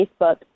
Facebook